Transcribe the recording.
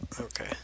Okay